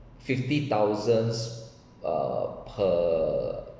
fifty thousands uh per